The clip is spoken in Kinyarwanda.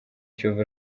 kiyovu